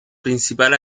principal